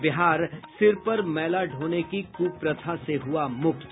और बिहार सिर पर मैला ढोने की कुप्रथा से हुआ मुक्त